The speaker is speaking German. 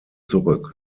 zurück